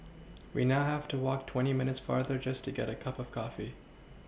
we now have to walk twenty minutes farther just to get a cup of coffee